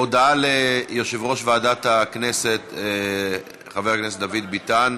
הודעה ליושב-ראש ועדת הכנסת חבר הכנסת דוד ביטן,